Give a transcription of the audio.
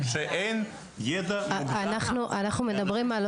שאין ידע --- אנחנו לא דיברנו פה רק על